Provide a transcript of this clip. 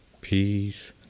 peace